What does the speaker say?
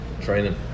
Training